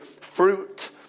Fruit